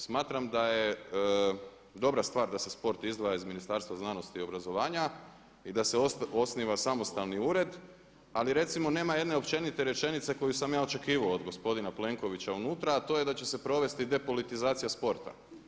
Smatram da je dobra stvar da se sport izdvaja iz Ministarstva znanosti i obrazovanja i da se osniva samostalni ured ali recimo nema jedne općenite rečenice koju sam ja očekivao od gospodina Plenkovića unutra a to je da će se provesti depolitizacija sporta.